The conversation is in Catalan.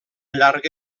llarga